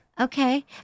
Okay